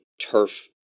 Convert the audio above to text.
turf